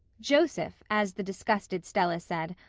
joseph, as the disgusted stella said,